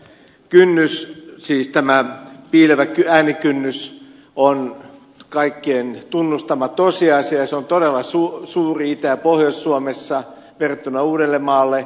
äänestyskynnys siis tämä piilevä äänikynnys on kaikkien tunnustama tosiasia ja se on todella suuri itä ja pohjois suomessa verrattuna uuteenmaahan